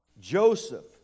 Joseph